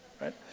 right